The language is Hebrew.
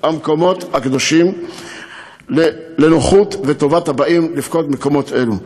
המקומות הקדושים לנוחותם וטובתם של הבאים לפקוד מקומות אלו.